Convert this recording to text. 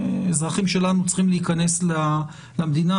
אזרחים שלנו צריכים להיכנס למדינה,